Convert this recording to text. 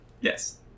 yes